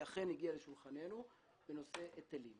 היא אכן הגיעה לשולחננו בנושא היטלים.